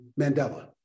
Mandela